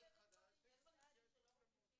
זה סיפור אחר.